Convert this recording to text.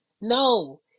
No